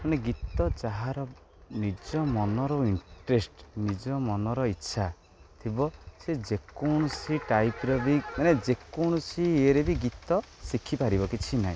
ମାନେ ଗୀତ ଯାହାର ନିଜ ମନର ଇଣ୍ଟରେଷ୍ଟ ନିଜ ମନର ଇଚ୍ଛା ଥିବ ସେ ଯେକୌଣସି ଟାଇପ୍ର ବି ମାନେ ଯେକୌଣସି ଇଏରେ ବି ଗୀତ ଶିଖିପାରିବ କିଛି ନାହିଁ